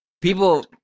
people